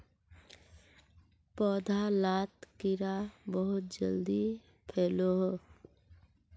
पौधा लात कीड़ा बहुत जल्दी फैलोह